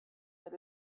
that